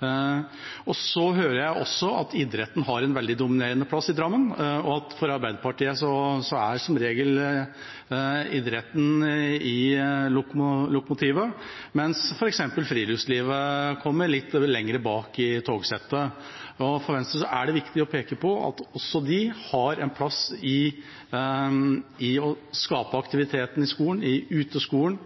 forslaget. Så hører jeg også at idretten har en veldig dominerende plass i Drammen. For Arbeiderpartiet er som regel idretten i lokomotivet, mens f.eks. friluftslivet kommer litt lenger bak i togsettet. For Venstre er det viktig å peke på at også de har en plass i å skape aktiviteten i skolen, i uteskolen,